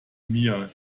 mir